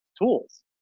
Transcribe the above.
tools